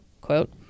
quote